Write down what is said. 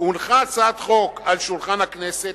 "הונחה הצעת פרטית על שולחן הכנסת,